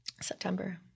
september